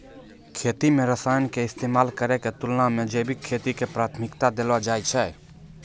खेती मे रसायन के इस्तेमाल करै के तुलना मे जैविक खेती के प्राथमिकता देलो जाय छै